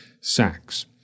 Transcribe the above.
sacks